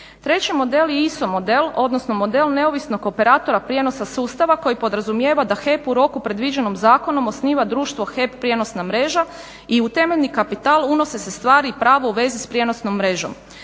Treći model je ISO model, odnosno model neovisnog operatora prijenosa sustava koji podrazumijeva da HEP u roku predviđenom zakonom osniva društvo HEP prijenosna mreža i u temeljni kapital unose se stvari i pravo u vezi s prijenosnom mrežom.